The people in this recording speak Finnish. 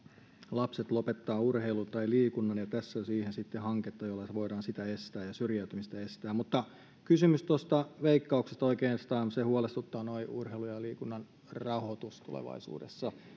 lapset lopettavat urheilun tai liikunnan ja tässä on siihen sitten hanketta jolla voidaan sitä ja syrjäytymistä estää mutta kysymys tuosta veikkauksesta oikeastaan kun huolestuttaa tuo urheilun ja liikunnan rahoitus tulevaisuudessa